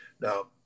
now